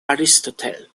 aristotle